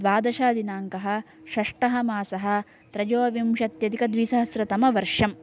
द्वादशः दिनाङ्कः षष्ठमासः त्रयोविंशत्यधिक द्विसहस्रतमवर्षम्